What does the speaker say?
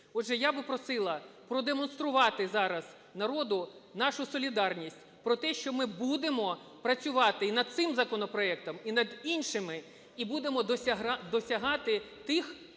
Отже, я би просила продемонструвати зараз народу нашу солідарність про те, що ми будемо працювати і над цим законопроектом, і над іншими, і будемо досягати тих